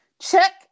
Check